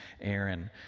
Aaron